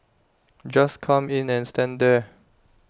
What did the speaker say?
just come in and stand there